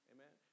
Amen